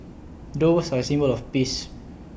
doves are A symbol of peace